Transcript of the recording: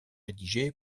rédigé